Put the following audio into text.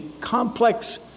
complex